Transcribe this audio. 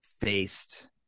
faced